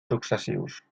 successius